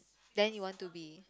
then you want to be